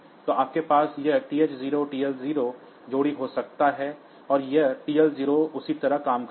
तो आपके पास यह TH0 TL0 जोड़ी हो सकता है और यह TL0 उसी तरह काम करेगा